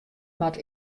moat